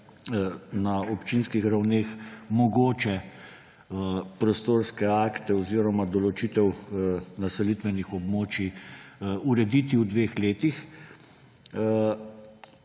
na občinskih ravneh mogoče prostorske akte oziroma določitev naselitvenih območij urediti v dveh letih.